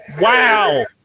Wow